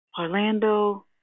Orlando